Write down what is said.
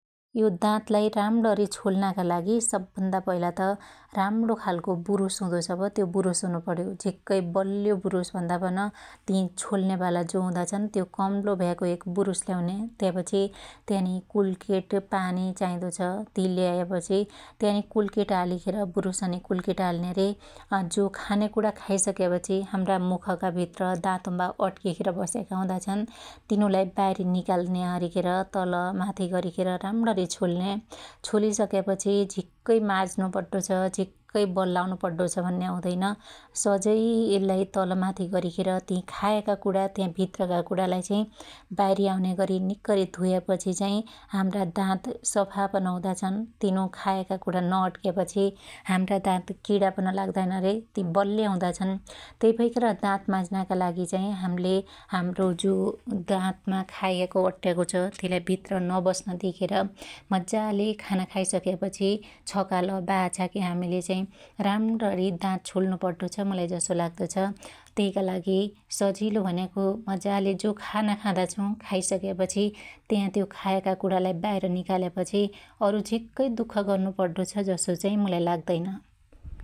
यो दातलाई राम्ण्णी छोल्नका लागि सब भन्दा पहिला त राम्णो खालको बुरुस हुदो छ प त्यो बुरुस हुनु पण्यो । झिक्कै बल्यो बुरुष भन्दा पन ति छोल्न्याबाला जो हुदा छन त्यो कम्लोभ्याको एक बुरुष ल्याउन्या त्यापछी त्यानि कुल्केट पानि चाईदो छ ति ल्यापछि त्यानि कुल्केट हालिखेर बुरुषनि कुल्केट हाल्न्या रे अजो खान्याकुणा खाइसक्यापछि हाम्रा मुखका भसत्र हातुम्बा अट्कीखेर बस्याका हुदा छन् तिनुलाई बाइरी निकाल्या हरीखेर तलमाथी गरीखेर राम्ण्णी छोल्न्या छोलीसक्यापछी झिक्कै माझ्नु पड्डो छ झिक्कै बललाउनु पड्डो छ भन्या हुदैन । सजै यल्लाई तलमाथि गरीखेर ति खायाका कुणा त्या भित्रका कुणालाई चाहि बाईरी आउन्या गरी निक्करी धुयापछि चाइ हाम्रा दाता सफा पन हुदा छन, तिनु खायाका कुणा नअट्क्यापछी हाम्रा दात किणा पन लाग्लाईन रे ति बल्या हुदाछन् । त्यइ भैखेर दात माझ्नाका लागि चाइ हाम्ले हाम्रो जो दातमा खायाको अट्याको छ त्यइलाई भित्र नबस्न नदिखेर मज्जाले खाना खाई सक्यापछि छकाल बाहाछाकी हामिले चाइ राम्ण्णी दात छोल्नु पड्डो मुलाई जसो लाग्दो छ । त्यइका लागि सजीलो भन्याको मजाले जो खाना खादा छु खाइसक्यापछि त्या त्यो खायाका कुणालाई बाईर निकाल्यापछि अरु झिक्कै दुख गर्नु पड्डो छ जसो चाइ मुलाई लाग्दैन ।